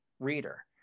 Reader